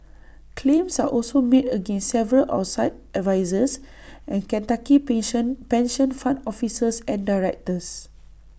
claims are also made against several outside advisers and Kentucky patient pension fund officers and directors